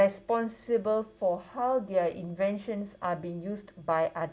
responsible for how their inventions are being used by ot~